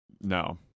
no